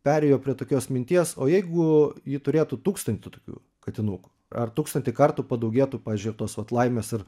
perėjo prie tokios minties o jeigu ji turėtų tūkstantį tokių katinukų ar tūkstantį kartų padaugėtų pavyzdžiui vat tos vat laimės ir